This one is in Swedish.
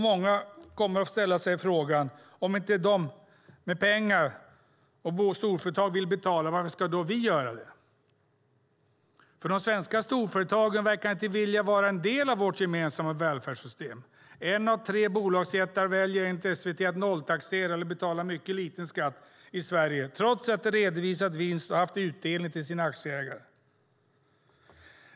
Många kommer att ställa sig frågan: Om inte storföretag och de med pengar vill betala varför ska då vi göra det? De svenska storföretagen verkar inte vilja vara en del av vårt gemensamma välfärdssystem. En av tre bolagsjättar väljer enligt SVT att nolltaxera eller betalar mycket lite skatt i Sverige trots att de redovisat vinst och haft utdelning till sina aktieägare.